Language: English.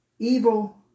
evil